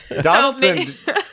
Donaldson